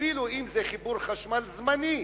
אפילו אם זה חיבור חשמל זמני,